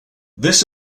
this